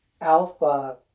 alpha